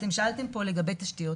שאלתם פה לגבי תשתיות.